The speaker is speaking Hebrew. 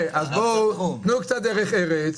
תנו קצת דרך ארץ.